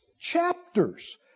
chapters